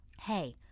Hey